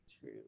True